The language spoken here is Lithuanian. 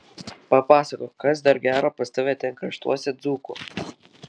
papasakok kas dar gero pas tave ten kraštuose dzūkų